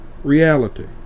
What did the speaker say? reality